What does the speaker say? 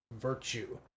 virtue